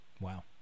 Wow